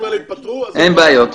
אין בעיות אוקיי,